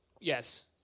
yes